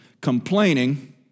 complaining